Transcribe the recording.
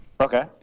Okay